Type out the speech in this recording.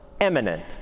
eminent